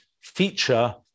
feature